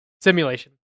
Simulation